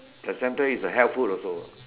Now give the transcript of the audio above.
placenta is a health food also